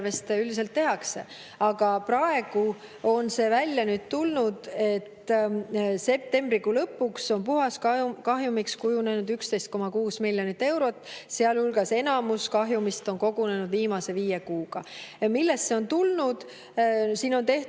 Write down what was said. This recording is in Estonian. üldiselt tehakse. Aga praegu on välja tulnud, et septembrikuu lõpuks on puhaskahjumiks kujunenud 11,6 miljonit eurot, sealhulgas enamik kahjumist on kogunenud viimase viie kuuga. Millest see on tulnud? Siin on tehtud